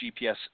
GPS